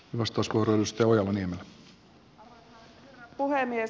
arvoisa herra puhemies